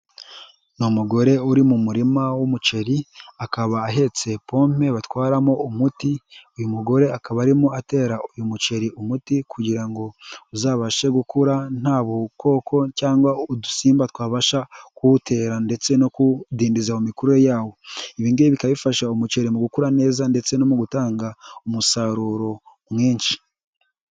Ni umugore uri mu murima w'umuceri akaba ahetse pompe batwaramo umuti uyu mugore akaba arimo atera uyu muceri umuti kugira ngo uzabashe gukura nta bukoko cyangwa udusimba twabasha kuwutera ndetse no kuwudindiza mu mikurire yawo, ibi ngibi bikaba bifasha umuceri mu gukura neza ndetse no mu gutanga umusaruro mwinshi.